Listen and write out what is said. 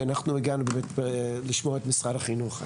אנחנו הגענו באמת כעת לשמוע את משרד החינוך.